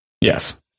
Yes